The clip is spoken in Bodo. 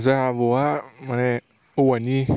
जोंहा आबौआ माने औवानि